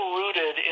rooted